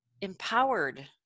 empowered